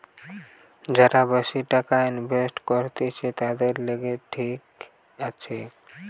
যারা বেশি টাকা ইনভেস্ট করতিছে, তাদের লিগে ঠিক আছে